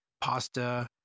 pasta